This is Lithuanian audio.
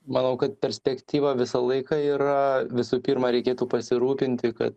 manau kad perspektyva visą laiką yra visų pirma reikėtų pasirūpinti ka